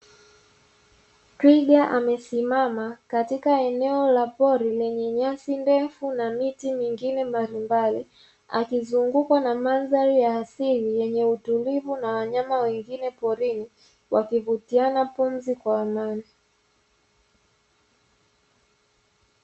Twiga amesimama katika eneo la pori lenye nyasi ndefu na miti mingine mbalimbali, akizungukwa na mandhari ya asili yenye utulivu na wanyama wengine porini wakivutiana pumzi kwa amani.